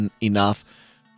enough